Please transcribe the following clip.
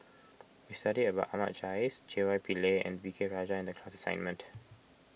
we studied about Ahmad Jais J Y Pillay and V K Rajah in the class assignment